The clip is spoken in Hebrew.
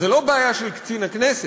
אז זו לא בעיה של קצין הכנסת,